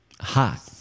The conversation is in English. hot